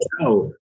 no